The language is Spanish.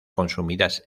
consumidas